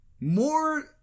more